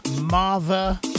Marva